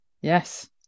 yes